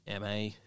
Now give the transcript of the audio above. MA